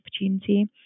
opportunity